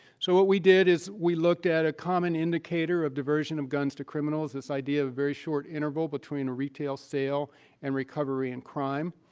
so what we did is we looked at a common indicator of diversion of guns to criminals, this idea of a very short interval between a retail sale and recovery and crime.